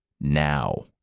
Now